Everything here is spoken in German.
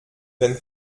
wenn